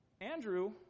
Andrew